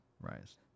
rise